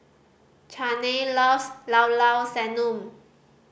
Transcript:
Zhane loves Llao Llao Sanum